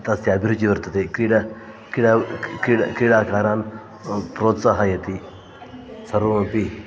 तस्य अभिरुचिः वर्तते क्रीडा क्रीडा क्रीडाकारान् प्रोत्साहयति सर्वमपि